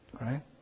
right